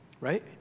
right